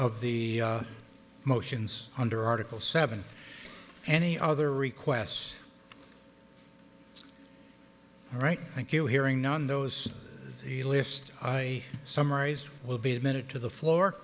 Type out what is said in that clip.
of the motions under article seven any other requests all right thank you hearing on those the list i summarized will be admitted to the floor